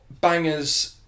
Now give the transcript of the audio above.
bangers